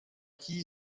qui